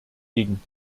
gegen